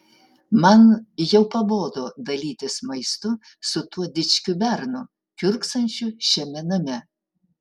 man jau pabodo dalytis maistu su tuo dičkiu bernu kiurksančiu šiame name